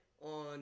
on